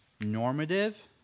normative